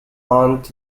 aunt